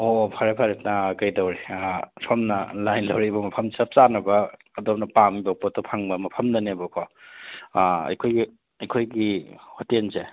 ꯑꯣ ꯐꯔꯦ ꯐꯔꯦ ꯀꯩꯗꯩꯏ ꯁꯣꯝꯅ ꯂꯥꯏꯟ ꯂꯧꯔꯤꯕ ꯃꯐꯝ ꯆꯞ ꯆꯥꯅꯕ ꯑꯗꯣꯝꯅ ꯄꯥꯝꯃꯤꯕ ꯄꯣꯠꯇꯣ ꯐꯪꯕ ꯃꯐꯝꯗꯅꯦꯕꯀꯣ ꯑꯩꯈꯣꯏꯒꯤ ꯍꯣꯇꯦꯜꯁꯦ